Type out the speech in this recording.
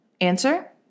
Answer